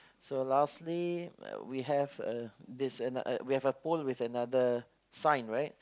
so lastly we have a this another we have a pole with another sign right